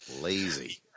Lazy